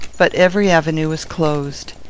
but every avenue was closed.